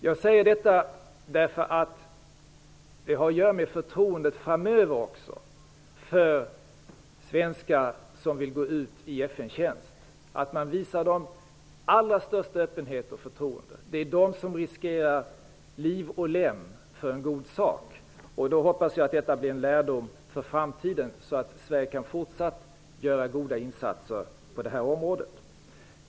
Jag säger detta därför att det har att göra med förtroendet för de svenskar som framöver vill gå ut i FN-tjänst. Man bör alltså visa den allra största öppenhet. Det är de som riskerar liv och lem för en god sak. Jag hoppas att detta blir en lärdom för framtiden, så att Sverige kan fortsätta att göra goda insatser på det här området.